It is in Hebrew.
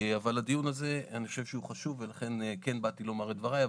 אבל אני חושב שהדיון הזה חשוב ולכן כן באתי לומר את דבריי.